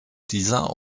dieser